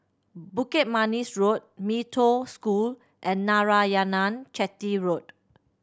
Bukit Manis Road Mee Toh School and Narayanan Chetty Road